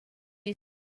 you